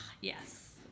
yes